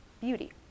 beauty